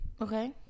Okay